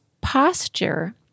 posture